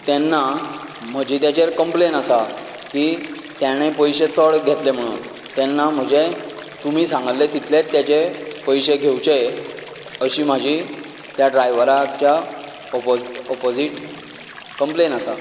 तेन्ना म्हजी तेजेर कंप्लेन आसा की तांणे पयशें चड घेतले म्हणून तेन्ना म्हजें तुमी सांगले तितलें तेजे पयशें घेवचे अशीं म्हाजी त्या ड्रायव्हराच्या ओपो ओपाजीट कंप्लेन आसा